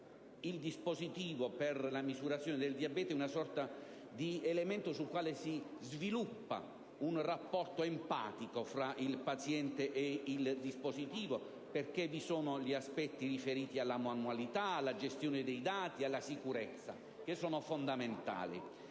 il dispositivo per la misurazione del diabete diventa addirittura una sorta di elemento sul quale si sviluppa un rapporto empatico tra il paziente e il dispositivo stesso, perché gli aspetti riferiti alla manualità, alla gestione dei dati e alla sicurezza sono fondamentali.